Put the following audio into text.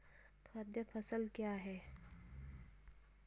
खाद्य फसल क्या है?